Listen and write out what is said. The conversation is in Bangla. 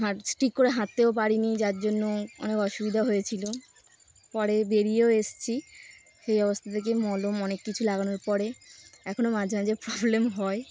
হাঁট স্টিক করে হাঁটতেও পারিনি যার জন্য অনেক অসুবিধা হয়েছিলো পরে বেরিয়েও এসছি সেই অবস্থা থেকে মলম অনেক কিছু লাগানোর পরে এখনও মাঝে মাঝে প্রবলেম হয়